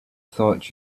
thought